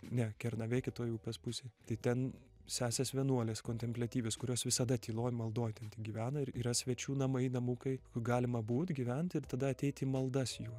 ne kernavė kitoj upės pusėj tai ten sesės vienuolės kontempliatyvios kurios visada tyloj maldoj ten ten gyvena ir yra svečių namai namukai galima būt gyvent ir tada ateiti į maldas jų